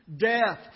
death